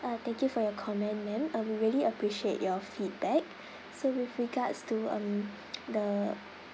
uh thank you for your comment ma'am um we really appreciate your feedback so with regards to um the